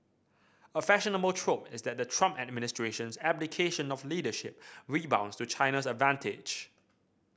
a fashionable trope is that the Trump administration's abdication of leadership rebounds to China's advantage